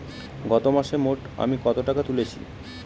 গত মাসে মোট আমি কত টাকা তুলেছি?